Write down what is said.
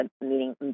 meaning